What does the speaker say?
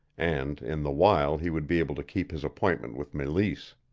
and in the while he would be able to keep his appointment with meleese.